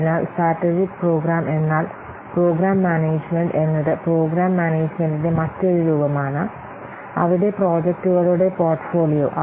അതിനാൽ strategic programme എന്നാൽ programme management എന്നത് പ്രോഗ്രാം മാനേജ്മെന്റിന്റെ മറ്റൊരു രൂപമാണ് അവിടെ പ്രോജക്റ്റുകളുടെ പോർട്ട്ഫോളിയോ